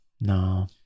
No